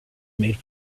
made